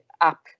app